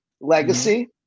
Legacy